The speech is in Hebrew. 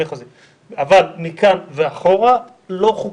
אבל מכאן ואחורה זה לא חוקי.